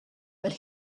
but